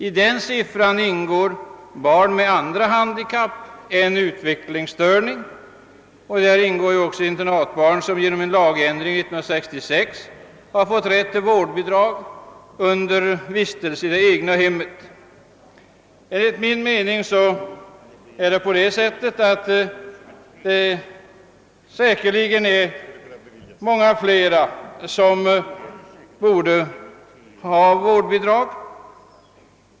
I den siffran ingår barn med andra handikapp än utvecklingsstörning, och däri ingår också internatbarn som genom en lagändring 1966 har fått rätt till vårdbidrag under vistelse i det egna hemmet. Enligt min mening finns det säkerligen många fler som borde ha vårdbidrag.